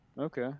Okay